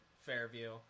fairview